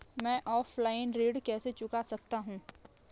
मैं ऑफलाइन ऋण कैसे चुका सकता हूँ?